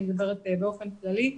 אני מדברת באופן כללי,